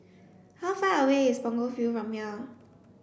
how far away is Punggol Field from here